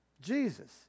Jesus